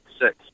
Six